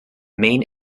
main